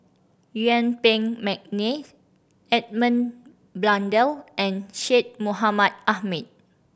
Yuen Peng McNeice Edmund Blundell and Syed Mohamed Ahmed